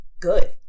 good